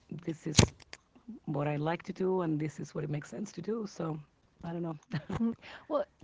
this is what i like to do, and this is what it makes sense to do, so i don't know well,